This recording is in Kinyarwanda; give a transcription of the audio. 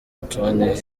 antoine